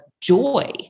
joy